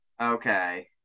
Okay